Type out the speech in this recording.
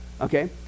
okay